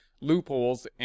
loopholes